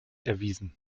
erwiesen